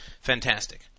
fantastic